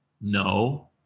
No